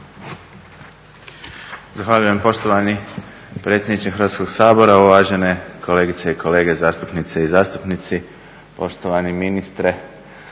Zahvaljujem poštovani predsjedniče Hrvatskog sabora, uvažene kolegice i kolege zastupnice i zastupnici, poštovani ministre